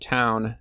town